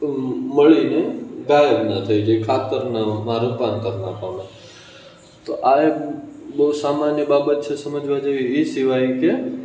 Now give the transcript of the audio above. તો મળીને ગાયબ ન થઈ જાય ખાતરનામાં રૂપાંતર ના પામે તો આ એક બહુ સામાન્ય બાબત છે સમજવા જેવી અને એ સિવાય કે